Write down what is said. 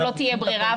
אם לא תהיה ברירה,